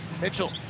Mitchell